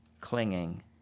clinging